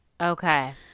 Okay